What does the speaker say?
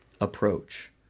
approach